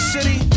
City